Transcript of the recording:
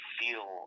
feel